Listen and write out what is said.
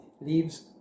leaves